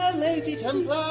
um lady templar,